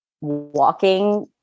walking